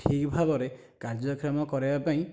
ଠିକ ଭାବରେ କାର୍ଯ୍ୟକ୍ଷମ କରେଇବା ପାଇଁ